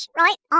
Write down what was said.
right